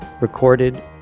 recorded